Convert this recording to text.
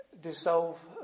dissolve